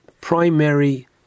primary